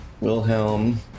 Wilhelm